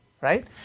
right